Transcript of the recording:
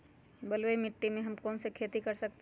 बलुई मिट्टी में हम कौन कौन सी खेती कर सकते हैँ?